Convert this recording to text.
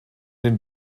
den